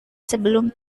sebelum